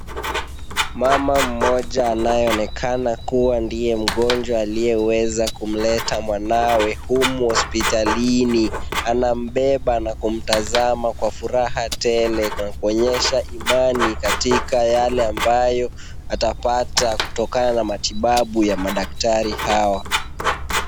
Mama mmoja anayeonekana kuwa ndiye mgonjwa, aliyeweza kumleta mwanawe humu hospitalini, anambeba na kumtazama kwa furaha tele kwa kuonyesha imani, katika yale ambayo atapata kutokana na matibabu ya madaktari hawa.